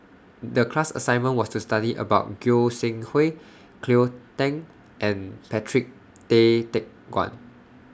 The class assignment was to study about Goi Seng Hui Cleo Thang and Patrick Tay Teck Guan